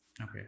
Okay